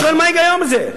אני שואל: מה ההיגיון בזה?